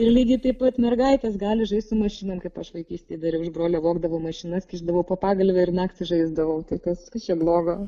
ir lygiai taip pat mergaitės gali žaist su mašinom kaip aš vaikystėje dariau iš brolio vogdavau mašinas kišdavau po pagalve ir naktį žaisdavau kas kas čia blogo